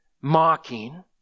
mocking